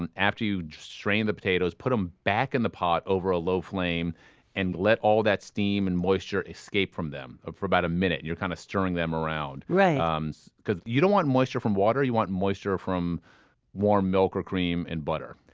and after you strain the potatoes, put them back in the pot over a low flame and let all that steam and moisture escape from them. for about a minute you're kind of stirring them around. um so you don't want moisture from water, you want moisture from warm milk or cream and butter.